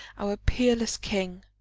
our peerless king,